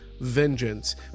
vengeance